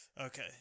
Okay